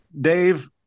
Dave